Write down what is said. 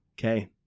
Okay